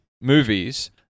movies